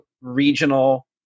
regional